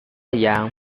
yang